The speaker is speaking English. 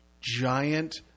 giant